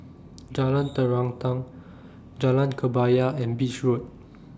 Jalan Terentang Jalan Kebaya and Beach Road